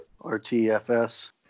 RTFS